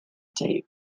tape